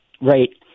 Right